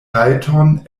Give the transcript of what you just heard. rajton